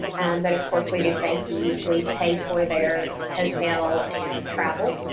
but of course we do thank yous, we pay for their hotel and travel.